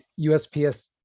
usps